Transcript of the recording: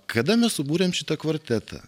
kada mes subūrėm šitą kvartetą